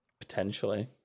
Potentially